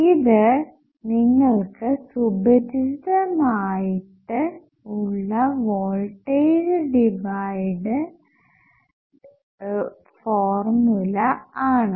ഇത് നിങ്ങൾക്ക് സുപരിചിതം ആയിട്ട് ഉള്ള വോൾടേജ് ഡിവൈഡഡ് ഫോർമുല ആണ്